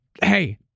hey